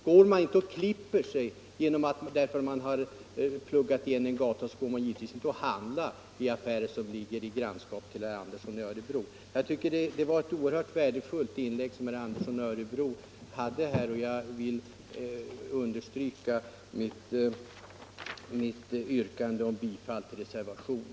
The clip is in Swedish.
Går man inte och klipper sig hos en frisör vid en gata därför att den pluggats igen går man givetvis inte och handlar varor i affärer som ligger vid samma gata. Det var ett värdefullt inlägg som herr Andersson i Örebro gjorde och jag vill understryka mitt yrkande om bifall till reservationen.